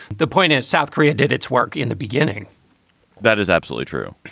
the point is, south korea did its work in the beginning that is absolutely true.